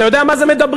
אתה יודע מה זה מדברים?